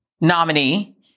nominee